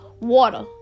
water